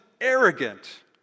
arrogant